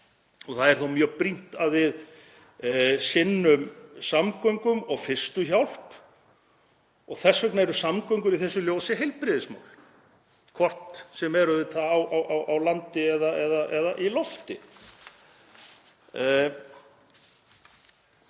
Það er mjög brýnt að við sinnum samgöngum og fyrstu hjálp. Þess vegna eru samgöngur í þessu ljósi heilbrigðismál, hvort sem eru á landi eða í lofti.